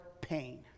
pain